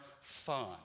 fun